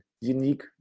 unique